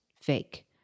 fake